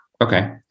okay